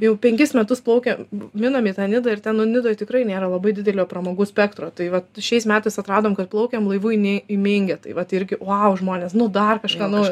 jau penkis metus plaukiam minam į tą nidą ir ten nu nidoj tikrai nėra labai didelio pramogų spektro tai vat šiais metais atradom kad plaukėm laivu į ni į mingę tai vat irgi au žmonės dar kažką naujo